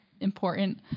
Important